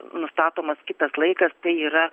nustatomas kitas laikas tai yra